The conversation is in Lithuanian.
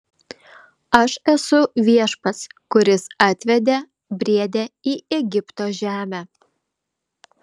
aš esu viešpats kuris atvedė briedę į egipto žemę